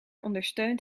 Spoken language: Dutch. ondersteunt